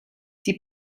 die